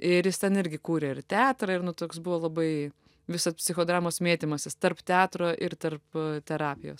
ir jis ten irgi kūrė ir teatrą ir nu toks buvo labai visa psichodramos mėtymasis tarp teatro ir tarp terapijos